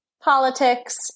politics